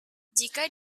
jika